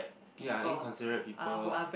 ya inconsiderate people